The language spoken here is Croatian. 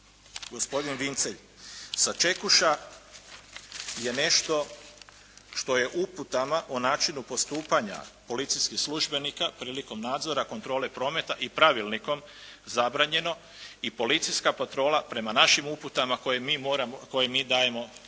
Gospodine Vincelj, sačekuša je nešto što je u uputama o načinu postupanja policijskih službenika prilikom nadzora kontrole prometa i pravilnikom zabranjeno i policijska kontrola prema našim uputama koje mi dajemo